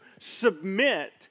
submit